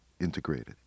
integrated